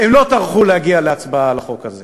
הם לא טרחו להגיע להצבעה על החוק הזה,